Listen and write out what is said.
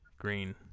green